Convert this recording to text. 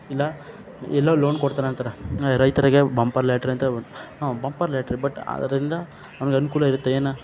ಇಲ್ಲಾ ಎಲ್ಲೋ ಲೋನ್ ಕೊಡ್ತಾರೆ ಅಂತಾರೆ ರೈತರಿಗೆ ಬಂಪರ್ ಲಾಟ್ರಿ ಅಂತ ಹೇಳ್ಬುಟ್ಟು ಹಾಂ ಬಂಪರ್ ಲಾಟ್ರಿ ಬಟ್ ಅದರಿಂದ ಅವ್ನ್ಗೆ ಅನುಕೂಲ ಇರುತ್ತೆ ಏನು